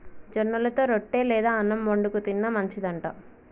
జొన్నలతో రొట్టె లేదా అన్నం వండుకు తిన్న మంచిది అంట